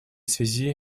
связи